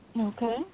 Okay